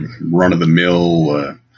run-of-the-mill